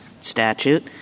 statute